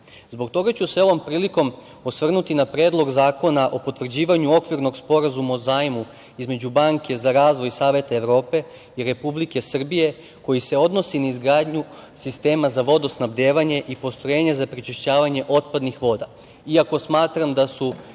Zbog toga ću se ovom prilikom osvrnuti na predlog zakona o potvrđivanju okvirnog sporazuma o zajmu između Banke za razvoj Saveta Evrope i Republike Srbije koji se odnosi na izgradnju sistema za vodosnabdevanje i postrojenja za prečišćavanje otpadnih voda, iako smatram da su